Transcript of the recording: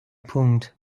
punkt